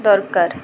ଦରକାର